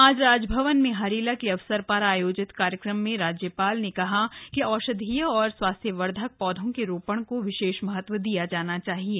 आज राजभवन में हरेला के अवसर पर आयोजित कार्यक्रम में राज्यपाल ने कहा कि औषधीय और स्वास्थ्यवर्द्धक पौधों के रोपण को विशेष महत्व दिया जाना चाहिये